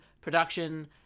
production